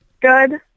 Good